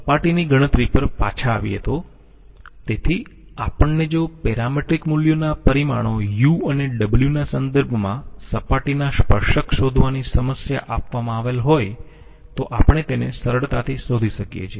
સપાટીની ગણતરી પર પાછા આવીયે તો તેથી આપણને જો પેરામેટ્રિક મૂલ્યોના પરિમાણો u અને w ના સંદર્ભમાં સપાટીના સ્પર્શક શોધવાની સમસ્યા આપવામાં આવેલ હોય તો આપણે તેને સરળતાથી શોધી શકીયે છીએ